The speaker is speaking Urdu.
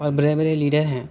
اور بڑے بڑے لیڈر ہیں